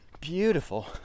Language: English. beautiful